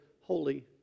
holy